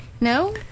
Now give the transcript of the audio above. No